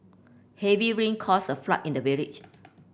heavy rain caused a flood in the village